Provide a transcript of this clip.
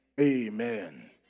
Amen